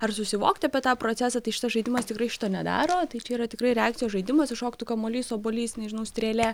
ar susivokti apie tą procesą tai šitas žaidimas tikrai šito nedaro tai čia yra tikrai reakcijos žaidimas iššoktų kamuolys obuolys nežinau strėlė